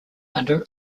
under